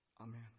Amen